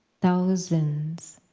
thousands